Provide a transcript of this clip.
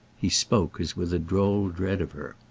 he spoke as with a droll dread of her.